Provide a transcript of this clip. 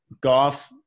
golf